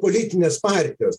politinės partijos